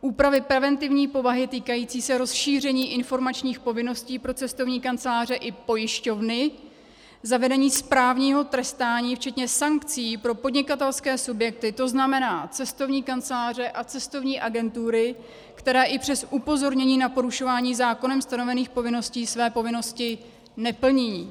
úpravy preventivní povahy týkající se rozšíření informačních povinností pro cestovní kanceláře i pojišťovny; zavedení správního trestání včetně sankcí pro podnikatelské subjekty to znamená cestovní kanceláře a cestovní agentury, které i přes upozornění na porušování zákonem stanovených povinností, své povinnosti neplní;